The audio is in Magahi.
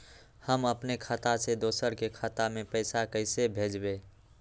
हम अपने खाता से दोसर के खाता में पैसा कइसे भेजबै?